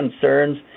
concerns